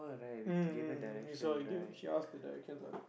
mm mm so you give~ she ask the directions ah